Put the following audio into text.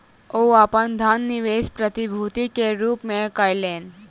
ओ अपन धन निवेश प्रतिभूति के रूप में कयलैन